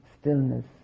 stillness